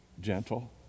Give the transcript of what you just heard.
gentle